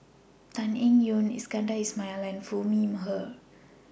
Tan Eng Yoon Iskandar Ismail and Foo Mee Har